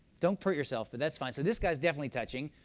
don't hurt yourself. but that's fine. so this guy's definitely touching.